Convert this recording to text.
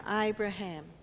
Abraham